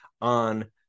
on